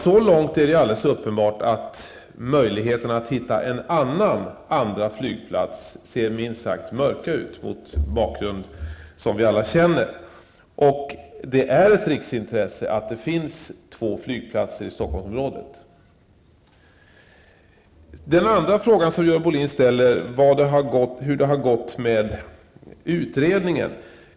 Så långt är det alldeles uppenbart, att möjligheterna att hitta en annan andra flygplats ser minst sagt mörka ut mot den bakgrund som vi alla känner. Och det är ett riksintresse att det finns två flygplatser i Stockholmsområdet. Den andra frågan som Görel Bohlin ställer är hur det har gått med utredningen.